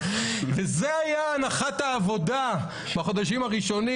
זו הייתה הנחת העבודה בחודשים הראשונים